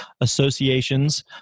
associations